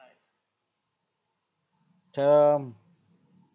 um